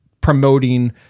promoting